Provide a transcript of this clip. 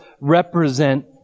represent